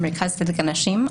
ממרכז צדק לנשים,